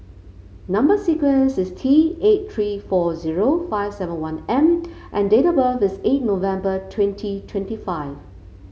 number sequence is T eight three four zero five seven one M and date of birth is eight November twenty twenty five